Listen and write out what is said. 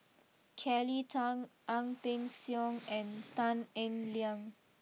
Kelly Tang Ang Peng Siong and Tan Eng Liang